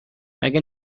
مگه